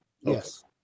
Yes